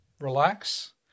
relax